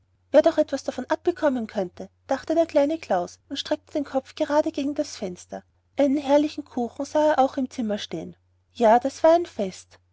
wer doch etwas davon abbekommen könnte dachte der kleine klaus und streckte den kopf gerade gegen das fenster einen herrlichen kuchen sah er auch im zimmer stehen ja das war ein fest